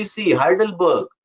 heidelberg